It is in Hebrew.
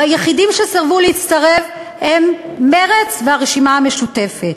והיחידים שסירבו להצטרף הם מרצ והרשימה המשותפת.